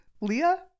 leah